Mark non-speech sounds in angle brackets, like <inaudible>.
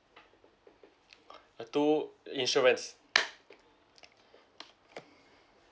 number two insurance <noise>